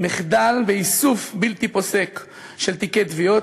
מחדל באיסוף בלתי פוסק של תיקי תביעות,